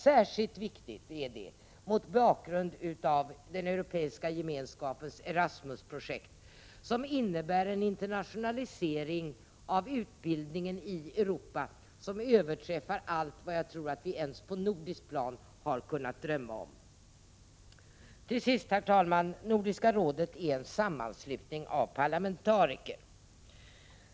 Särskilt viktigt är det mot bakgrund av den Europeiska gemenskapens ERASMUS-projekt, som innebär en internationalisering av utbildningen i Europa vilken överträffar allt vad jag tror att vi ens på nordiskt plan har kunnat drömma om. Herr talman! Till sist vill jag säga att Nordiska rådet är en sammanslutning av parlamentariker.